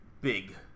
Big